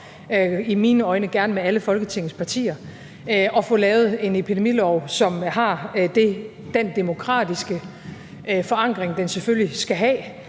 i mine øjne gerne med alle Folketingets partier, og få lavet en epidemilov, som har den demokratiske forankring, den selvfølgelig skal have,